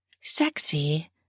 sexy